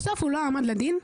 הוא לא הועמד לדין בסוף.